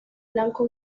blanco